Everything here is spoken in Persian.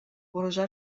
پروژه